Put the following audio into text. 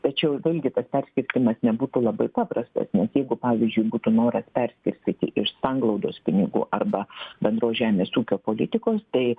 tačiau vėlgi tas perskirstymas nebūtų labai paprastas nes jeigu pavyzdžiui būtų noras perskirstyti iš sanglaudos pinigų arba bendros žemės ūkio politikos tai